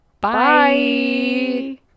Bye